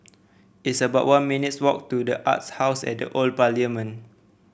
it's about one minutes' walk to the Arts House at The Old Parliament